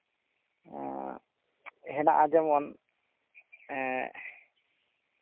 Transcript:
ᱮᱸᱜ ᱦᱮᱱᱟᱜᱼᱟ ᱡᱮᱢᱚᱱ ᱮᱸᱜ